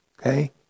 Okay